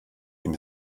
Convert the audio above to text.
ihm